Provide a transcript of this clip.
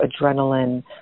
adrenaline